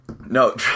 No